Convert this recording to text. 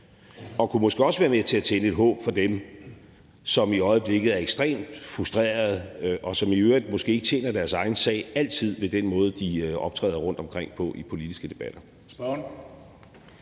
og kunne måske også være med til at tænde et håb for dem, som i øjeblikket er ekstremt frustreret, og som i øvrigt måske ikke tjener deres egen sag altid ved den måde, de optræder på rundtomkring i politiske debatter.